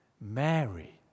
Mary